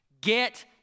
get